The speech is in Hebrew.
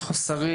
חוסרים,